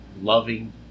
loving